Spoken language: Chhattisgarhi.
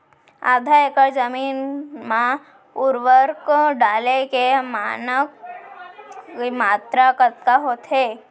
आधा एकड़ जमीन मा उर्वरक डाले के मानक मात्रा कतका होथे?